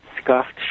scuffed